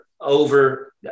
over